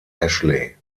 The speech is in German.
ashley